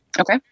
Okay